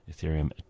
Ethereum